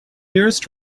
nearest